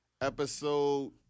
Episode